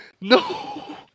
No